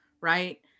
right